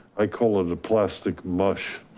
i call it a plastic mush.